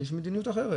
שיש מדיניות אחרת.